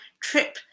trip